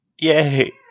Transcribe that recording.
Yay